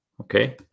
Okay